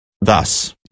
Thus